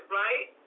right